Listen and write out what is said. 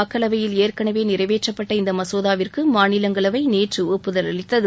மக்களவையில் ஏற்கனவே நிறைவேற்றப்பட்ட இந்த மசோதாவிற்கு மாநிலங்களவை நேற்று ஒப்புதல் அளித்தது